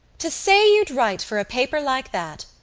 to say you'd write for a paper like that.